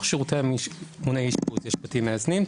השירותים מונעי אשפוז יש בתים מאזנים,